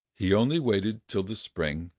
he only waited till the spring,